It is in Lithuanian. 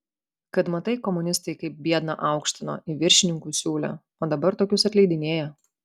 kad matai komunistai kaip biedną aukštino į viršininkus siūlė o dabar tokius atleidinėja